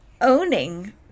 owning